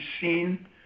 seen